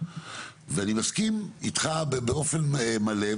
ואני מסכים איתך באופן מלא,